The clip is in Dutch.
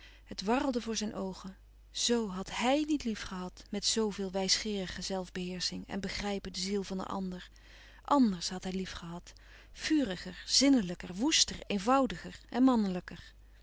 het warrelde voor zijn oogen zo had hij niet liefgehad met zoo veel wijsgeerige zelfbeheersching en begrijpen de ziel van een ander anders had hij lief gehad vuriger zinnelijker woester eenvoudiger en mannelijker